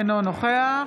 אינו נוכח